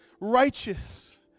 righteous